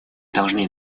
должны